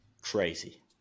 Crazy